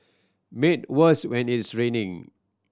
made worse when it's raining